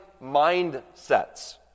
mindsets